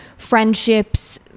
friendships